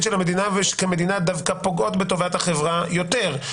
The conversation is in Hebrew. של המדינה כמדינה דווקא פוגעים בטובת החברה יותר,